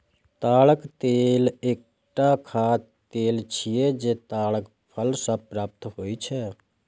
ताड़क तेल एकटा खाद्य तेल छियै, जे ताड़क फल सं प्राप्त होइ छै